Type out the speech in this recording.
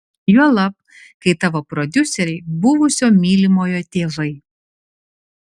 juolab kai tavo prodiuseriai buvusio mylimojo tėvai